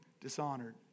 dishonored